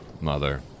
mother